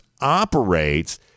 operates